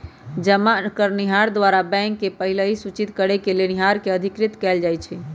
जमा करनिहार द्वारा बैंक के पहिलहि सूचित करेके लेनिहार के अधिकृत कएल जाइ छइ